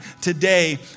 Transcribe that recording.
today